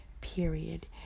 period